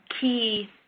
key